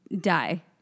die